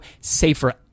safer